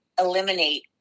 eliminate